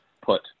put